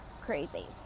crazy